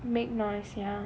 make noise ya